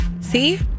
See